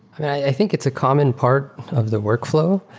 i think it's a common part of the workflow.